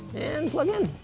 and plug in.